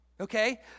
okay